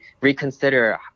reconsider